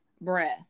breath